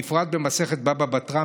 בפרט במסכת בבא בתרא,